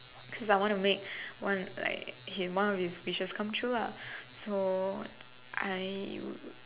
because I want to make one like he one of his wishes come true lah so I